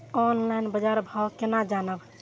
Online बाजार भाव केना जानब?